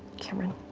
cameron.